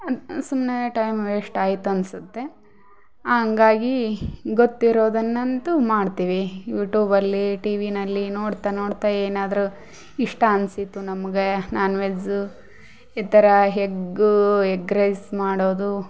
ಸುಮ್ಮನೆ ಟೈಮ್ ವೇಸ್ಟಾಯಿತು ಅನ್ನಿಸುತ್ತೆ ಹಂಗಾಗಿ ಗೊತ್ತಿರೋದನ್ನಂತೂ ಮಾಡ್ತೀವಿ ಯೂಟೂಬಲ್ಲಿ ಟಿ ವಿನಲ್ಲಿ ನೋಡ್ತಾ ನೋಡ್ತಾ ಏನಾದರು ಇಷ್ಟ ಅನ್ನಿಸಿತು ನಮಗೆ ನಾನ್ವೆಝು ಈ ಥರ ಹೆಗ್ಗು ಎಗ್ ರೈಸ್ ಮಾಡೋದು